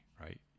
Right